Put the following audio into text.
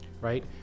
right